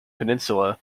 peninsula